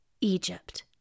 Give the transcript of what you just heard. Egypt